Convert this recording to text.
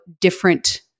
different